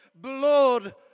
blood